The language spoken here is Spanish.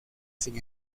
sin